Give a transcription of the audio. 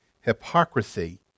hypocrisy